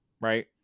right